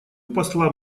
посла